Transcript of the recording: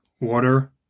water